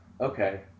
Okay